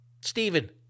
Stephen